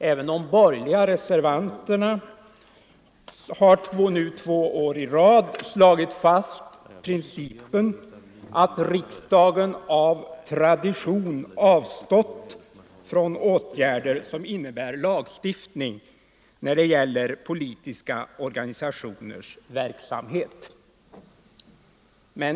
Även de borgerliga reservanterna har nu två år i rad slagit fast principen att riksdagen av tradition avstått från åtgärder som innebär lagstiftning om politiska organisationers verksamhet.